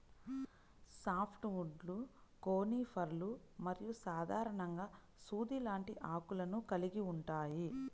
soft వుడ్లు కోనిఫర్లు మరియు సాధారణంగా సూది లాంటి ఆకులను కలిగి ఉంటాయి